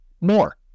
More